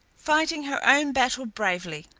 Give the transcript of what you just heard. fighting her own battle bravely.